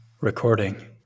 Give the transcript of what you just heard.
recording